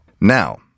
Now